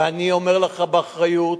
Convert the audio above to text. ואני אומר לך באחריות,